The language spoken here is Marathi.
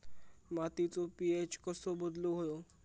मातीचो पी.एच कसो बदलुक होयो?